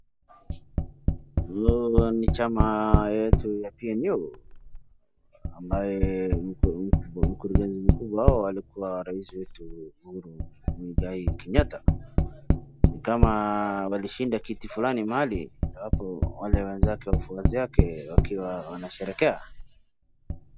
Huyo ni chama yetu ya PNU ambaye mkurungezi mkubwa wao alikuwa Rais wetu Uhuru Muigai Kenyatta .Ni kama walishinda kiti fulani mahali ,ambapo wale wafuasi wake wanasherekea.